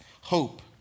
hope